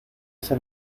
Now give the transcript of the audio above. ese